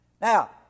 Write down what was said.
Now